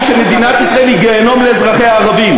שמדינת ישראל היא גיהינום לאזרחיה הערבים,